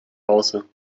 hause